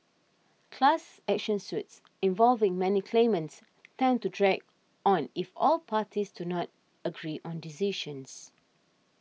class action suits involving many claimants tend to drag on if all parties to not agree on decisions